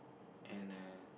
and a